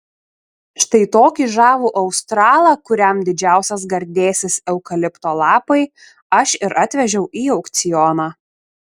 štai tokį žavų australą kuriam didžiausias gardėsis eukalipto lapai aš ir atvežiau į aukcioną